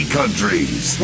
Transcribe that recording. countries